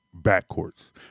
backcourts